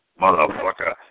Motherfucker